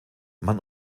man